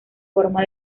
forma